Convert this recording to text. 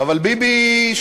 אבל ביבי,